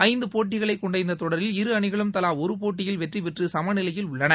ஐந்து போட்டிகளைக் கொண்ட இந்தத் தொடரில் இரு அணிகளும் தலா ஒரு போட்டியில் வெற்றி பெற்று சமநிலையில் உள்ளன